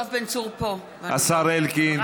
השר אלקין,